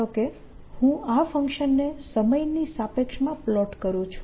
ધારો કે હું આ ફંક્શનને સમયની સાપેક્ષમાં પ્લોટ કરું છું